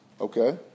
Okay